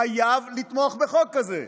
חייב לתמוך בחוק הזה.